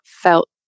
felt